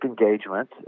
engagement